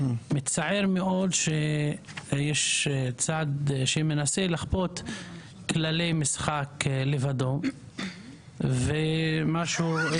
מצער מאוד שיש צד שמנסה לכפות כללי משחק לבדו ומה שהוא רואה